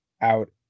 out